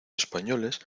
españoles